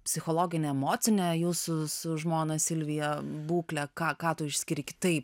psichologinę emocinę jūsų su žmona silvija būklę ką ką tu išskiri kitaip